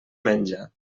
menja